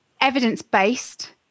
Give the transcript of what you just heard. evidence-based